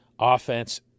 offense